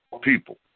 people